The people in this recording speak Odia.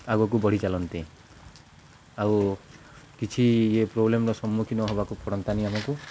ଆଗକୁ ବଢ଼ିଚାଲନ୍ତେ ଆଉ କିଛି ଇଏ ପ୍ରୋବ୍ଲେମ୍ର ସମ୍ମୁଖୀନ ହବାକୁ ପଡ଼ନ୍ତାନି ଆମକୁ